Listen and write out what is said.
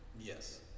Yes